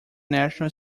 national